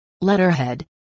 letterhead